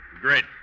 Great